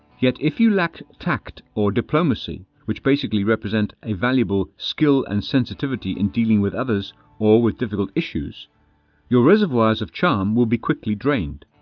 yet if you lack tact or diplomacy, which basically represents a valuable skill and sensitivity in dealing with others or with difficult issues your reservoirs of charm will be quickly drained.